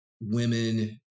women